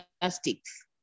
plastics